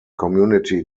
community